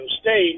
State